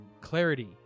clarity